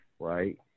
right